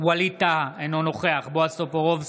ווליד טאהא, אינו נוכח בועז טופורובסקי,